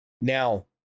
Now